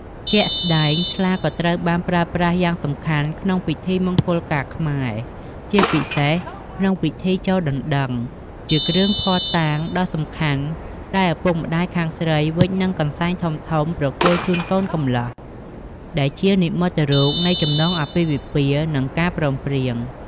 ជាក់ស្ដែង ស្លាក៏ត្រូវបានប្រើប្រាស់យ៉ាងសំខាន់ក្នុងពិធីមង្គលការខ្មែរ ជាពិសេសក្នុងពិធីចូលដណ្ដឹង ជាគ្រឿងភស្តុតាងដ៏សំខាន់ដែលឪពុកម្ដាយខាងស្រីវេចនឹងកន្សែងធំៗប្រគល់ជូនកូនកំលោះ ដែលជានិមិត្តរូបនៃចំណងអាពាហ៍ពិពាហ៍ និងការព្រមព្រៀង។